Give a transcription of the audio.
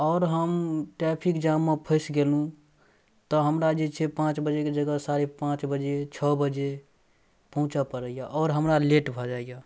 आओर हम ट्रैफिक जाममे फँसि गेलहुँ तऽ हमरा जे छै पाँच बजेके जगह साढ़े पाँच बजे छओ बजे पहुँचऽ पड़ैये आओर हमरा लेट भऽ जाइए